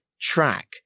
track